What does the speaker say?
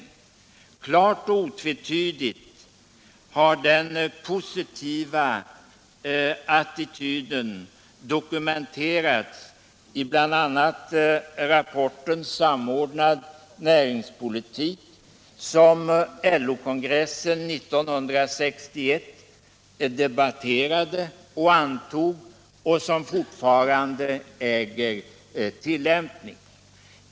Klart och otvetydigt har den positiva attityden dokumenterats i bl.a. rapporten Samordnad näringspolitik, som LO-kongressen 1961 debatterade och antog och som fortfarande äger tillämpning.